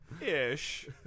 Ish